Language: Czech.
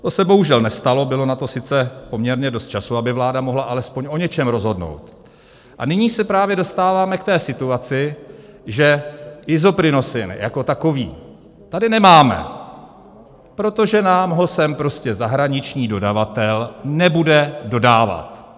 To se bohužel nestalo, bylo na to sice poměrně dost času, aby vláda mohla alespoň o něčem rozhodnout, a nyní se právě dostáváme k té situaci, že Isoprinosine jako takový tady nemáme, protože nám ho sem prostě zahraniční dodavatel nebude dodávat.